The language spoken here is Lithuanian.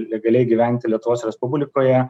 legaliai gyventi lietuvos respublikoje